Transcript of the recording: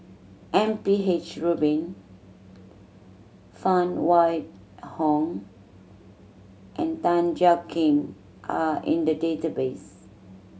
M P H Rubin Phan Wait Hong and Tan Jiak Kim are in the database